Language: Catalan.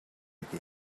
aquí